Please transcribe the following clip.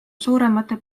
suuremate